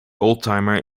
oldtimer